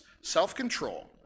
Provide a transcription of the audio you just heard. self-control